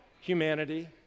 humanity